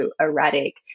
erratic